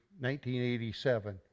1987